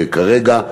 כרגע,